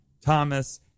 Thomas